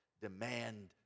demand